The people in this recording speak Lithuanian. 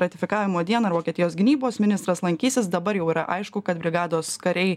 ratifikavimo dieną ir vokietijos gynybos ministras lankysis dabar jau yra aišku kad brigados kariai